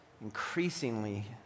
increasingly